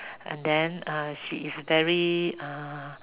and then uh she is very uh